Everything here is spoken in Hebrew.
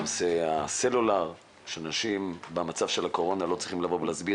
בנושא הסלולר כאשר אנשים במצב של הקורונה לא צריכים לבוא ולהסביר